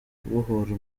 kubohora